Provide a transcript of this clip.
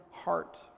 heart